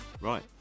Right